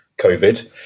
COVID